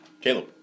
Caleb